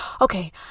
okay